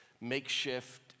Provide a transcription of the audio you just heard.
makeshift